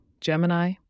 Gemini